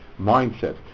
mindset